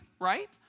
right